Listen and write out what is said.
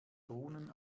runen